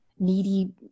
needy